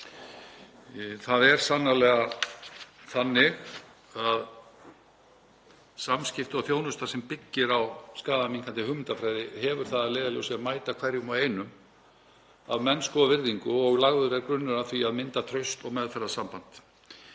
Það er sannarlega þannig að samskipti og þjónusta sem byggir á skaðaminnkandi hugmyndafræði hefur það að leiðarljósi að mæta hverjum og einum af mennsku og virðingu og lagður er grunnur að því að mynda traust meðferðarsamband.